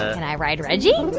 and i ride reggie?